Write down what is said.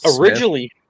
originally